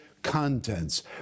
contents